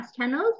channels